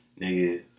nigga